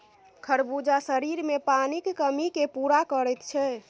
खरबूजा शरीरमे पानिक कमीकेँ पूरा करैत छै